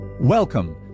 Welcome